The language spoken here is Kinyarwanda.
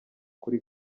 kuri